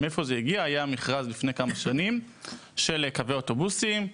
לפני כמה שנים היה מכרז של קווי אוטובוסים,